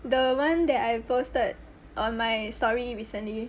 the one that I posted on my story recently